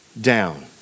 down